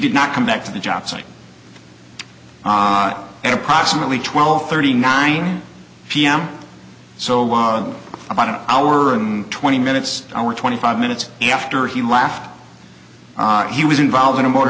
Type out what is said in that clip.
did not come back to the jobsite and approximately twelve thirty nine pm so was about an hour and twenty minutes our twenty five minutes after he left he was involved in a motor